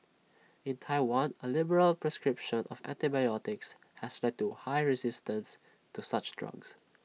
in Taiwan A liberal prescription of antibiotics has led to high resistance to such drugs